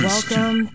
Welcome